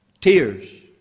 tears